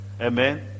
amen